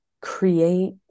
create